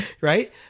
right